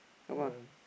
come ah